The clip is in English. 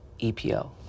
EPO